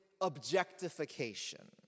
objectification